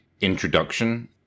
introduction